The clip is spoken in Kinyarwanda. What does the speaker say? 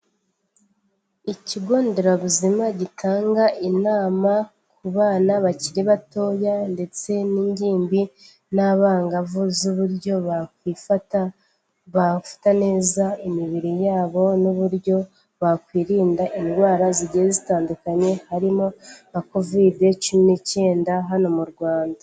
Ikigonderabuzima gitanga inama ku bana bakiri batoya ndetse n'ingimbi n'abangavu z'uburyo bakwifata bafata neza imibiri yabo n'uburyo bakwirinda indwara zigiye zitandukanye harimo nka kovide cumi n'icyenda hano mu Rwanda.